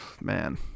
Man